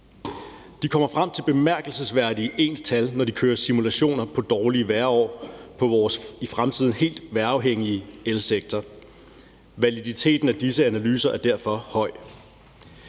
De kommer frem til bemærkelsesværdige ens tal, når de kører simulationer på dårlige vejrår på vores i fremtiden helt vejrafhængige elsektor. Validiteten af disse analyser er derfor høj.